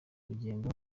urugendo